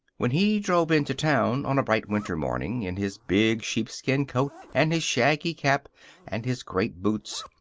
when he drove into town on a bright winter morning, in his big sheepskin coat and his shaggy cap and his great boots,